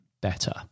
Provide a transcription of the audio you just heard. better